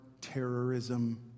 terrorism